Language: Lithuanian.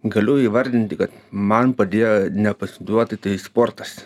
galiu įvardinti kad man padėjo nepasiduoti tai sportas